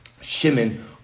Shimon